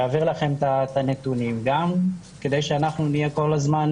יעביר לכם את הנתונים גם כדי שאנחנו נהיה כל הזמן